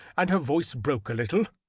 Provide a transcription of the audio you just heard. and her voice broke a little.